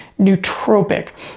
nootropic